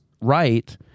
Right